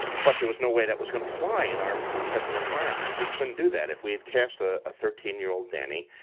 but there was no way that was gonna fly in our present environment. we couldn't do that. if we had cast a thirteen year old dany,